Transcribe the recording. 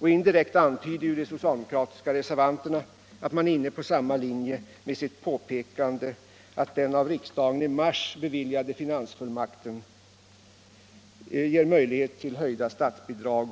Indirekt antyder ju de socialdemokratiska reservanterna att de är inne på denna linje med sitt påpekande att den av riksdagen i mars beviljade finansfullmakten ger möjlighet till höjda statsbidrag.